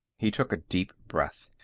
he took a deep breath.